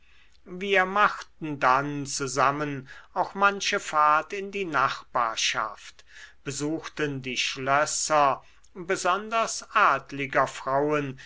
wir machten dann zusammen auch manche fahrt in die nachbarschaft besuchten die schlösser besonders adliger frauen